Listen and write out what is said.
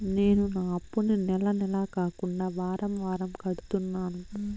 నేను నా అప్పుని నెల నెల కాకుండా వారం వారం కడుతున్నాను